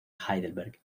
heidelberg